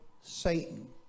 Satan